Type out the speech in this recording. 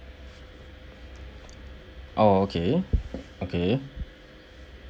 oh okay okay